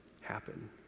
happen